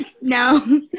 No